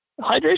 Hydration